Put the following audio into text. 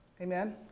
Amen